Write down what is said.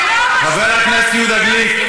חבר הכנסת יהודה גליק,